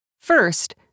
First